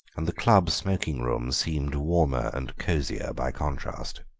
and the club smoking-room seemed warmer and cosier by contrast.